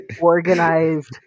organized